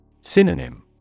Synonym